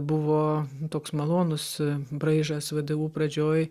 buvo toks malonus braižas vdu pradžioj